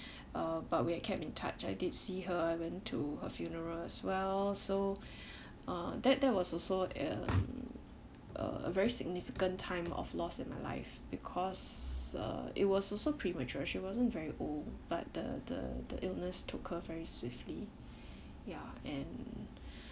uh but we kept in touch I did see her I went to her funeral as well so uh that that was also um a very significant time of loss in my life because uh it was also premature she wasn't very old but the the the illness took her very swiftly ya and